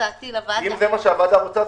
אם זה מה שהוועדה רוצה,